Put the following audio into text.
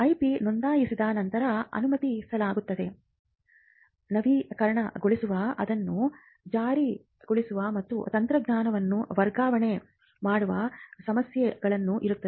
IP ನೋಂದಾಯಿಸಿದ ನಂತರ ಅನುಮತಿಸಲಾಗುತ್ತದೆ ನವೀಕರಣಗೊಳಿಸುವ ಅದನ್ನು ಜಾರಿಗೊಳಿಸುವ ಮತ್ತು ತಂತ್ರಜ್ಞಾನವನ್ನು ವರ್ಗಾವಣೆ ಮಾಡುವ ಸಮಸ್ಯೆಗಳು ಇರುತ್ತವೆ